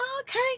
okay